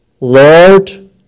Lord